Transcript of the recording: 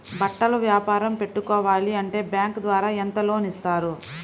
బట్టలు వ్యాపారం పెట్టుకోవాలి అంటే బ్యాంకు ద్వారా ఎంత లోన్ ఇస్తారు?